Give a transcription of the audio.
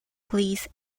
please